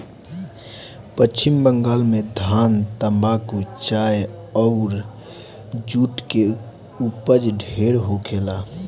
पश्चिम बंगाल में धान, तम्बाकू, चाय अउर जुट के ऊपज ढेरे होखेला